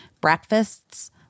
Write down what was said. breakfasts